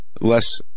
less